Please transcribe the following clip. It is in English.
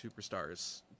superstars